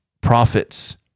prophets